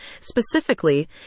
Specifically